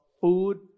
food